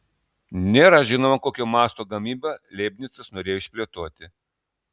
nėra žinoma kokio masto gamybą leibnicas norėjo išplėtoti